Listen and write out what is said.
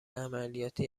عملیاتی